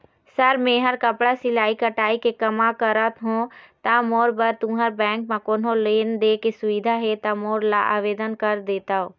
Sir मेहर कपड़ा सिलाई कटाई के कमा करत हों ता मोर बर तुंहर बैंक म कोन्हों लोन दे के सुविधा हे ता मोर ला आवेदन कर देतव?